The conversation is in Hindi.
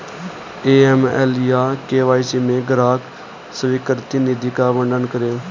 ए.एम.एल या के.वाई.सी में ग्राहक स्वीकृति नीति का वर्णन करें?